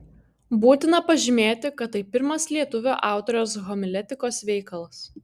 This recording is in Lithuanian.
būtina pažymėti kad tai pirmas lietuvio autoriaus homiletikos veikalas